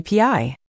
API